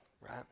right